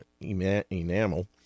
enamel